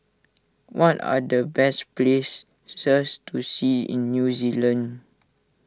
what are the best places to see in New Zealand